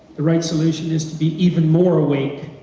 the right solution is to be even more awake,